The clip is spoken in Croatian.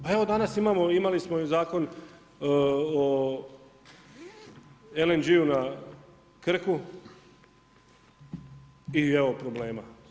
Pa evo, danas imamo, imali smo Zakon o LNG na Krku, i evo problema.